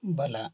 ಬಲ